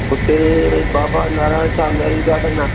हुते बाबा नारायण सां मेरी गाडन आहे